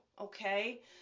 okay